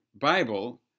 Bible